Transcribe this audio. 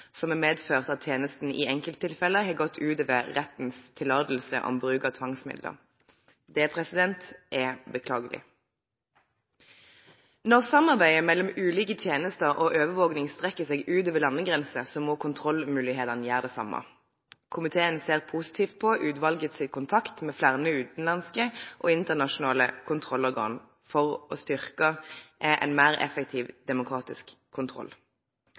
som har medført at tjenesten i enkelte tilfeller har gått utover rettens tillatelse om bruk av tvangsmidler. Det er beklagelig. Når samarbeidet mellom ulike tjenester og overvåkning strekker seg utover landegrensene, må kontrollmulighetene gjøre det samme. Komiteen ser positivt på utvalgets kontakt med flere utenlandske og internasjonale kontrollorgan for å styrke en mer effektiv demokratisk kontroll.